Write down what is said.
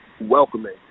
welcoming